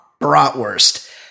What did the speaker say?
bratwurst